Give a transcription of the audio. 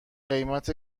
قیمت